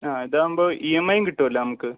ആ ഇത് ആവുമ്പോൾ ഇ എം ഐയും കിട്ടുമല്ലോ നമുക്ക്